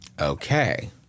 Okay